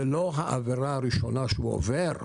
זה לא העבירה הראשונה שהוא עובר.